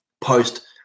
post